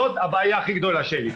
זאת הבעיה הכי גדולה שלי,